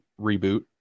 reboot